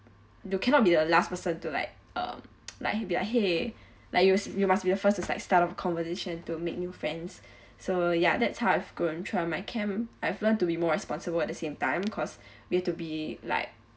you cannot be the last person to like uh like be a !hey! like you you must be the first to like start of conversation to make new friends so ya that's how I've grown throughout my camp I've learnt to be more responsible at the same time cause we have to be like